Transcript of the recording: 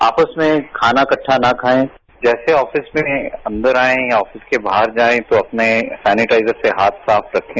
आपस में खाना इकट्ठा न खायें जैसे आफिस में अंदर आये या अफिस र्क बाहर जायें तो अपने सैनिटाइजर से हाथ साफ रखें